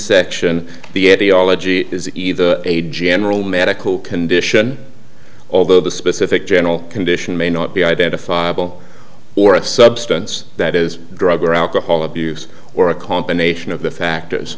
section the ideology is either a general medical condition although the specific general condition may not be identifiable or a substance that is drug or alcohol abuse or a combination of the factors